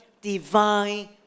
divine